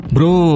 Bro